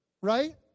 Right